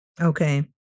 Okay